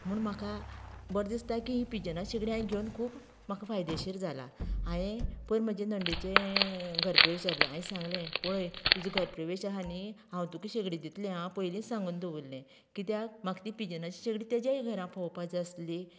म्हूण म्हाका बरें दिसता की पिजना शेगडी हांयें घेवन खूब म्हाका फायदेशीर जालां हांयें पयर म्हजे नंडेचे घरप्रवेश जाल्लो हाये सांगले पळय तुजो घरप्रवेश आहा न्ही हांव तुका शेगडी दितलें हां पयलींच सांगून दवरलें कित्याक म्हाका ती पिजना शेगडी तेजेय घरा पोवपा जाय आसली